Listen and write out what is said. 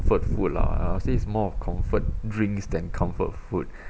comfort food lah I'll say it's more of comfort drinks than comfort food